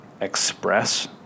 express